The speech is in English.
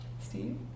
Steve